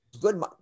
good –